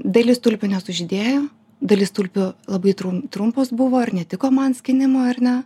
dalis tulpių nesužydėjo dalis tulpių labai trum trumpos buvo ir netiko man skynimui ar ne